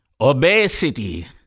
Obesity